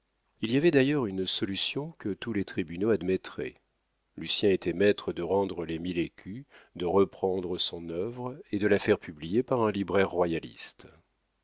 il y avait d'ailleurs une solution que tous les tribunaux admettraient lucien était maître de rendre les mille écus de reprendre son œuvre et de la faire publier par un libraire royaliste